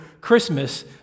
Christmas